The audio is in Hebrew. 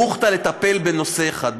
לטפל בנושא אחד,